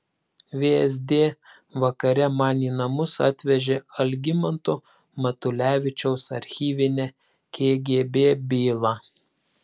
vsd vakare man į namus atvežė algimanto matulevičiaus archyvinę kgb bylą